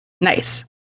Nice